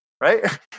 Right